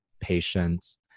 patience